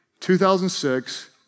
2006